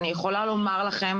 אני יכולה לומר לכם